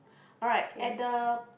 alright at the